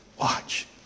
Watch